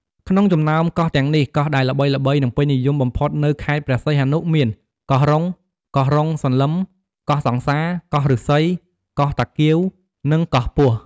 ក្នុងចំណោមកោះទាំងនេះ កោះដែលល្បីៗ និងពេញនិយមបំផុតនៅខេត្តព្រះសីហនុ មាន កោះរុង កោះរ៉ុងសន្លឹម កោះសង្សារ កោះឫស្សី កោះតាគៀវ និងកោះពស់។